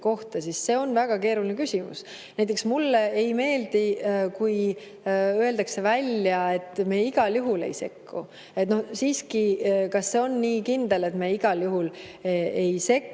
see on väga keeruline küsimus. Näiteks mulle ei meeldi, kui öeldakse välja, et me igal juhul ei sekku. Siiski, kas see on nii kindel, et me igal juhul ei sekku?